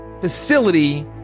facility